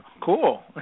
Cool